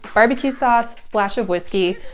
barbecue sauce, splash of whiskey,